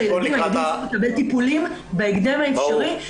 הילדים צריכים לקבל טיפולים בהקדם האפשרי.